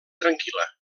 tranquil·la